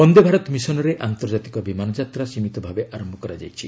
ବନ୍ଦେ ଭାରତ ମିଶନରେ ଆନ୍ତର୍ଜାତିକ ବମାନ ଯାତ୍ରା ସୀମିତ ଭାବେ ଆରମ୍ଭ କରାଯାଇଛି